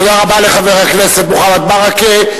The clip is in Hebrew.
תודה רבה לחבר הכנסת מוחמד ברכה.